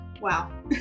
wow